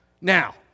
Now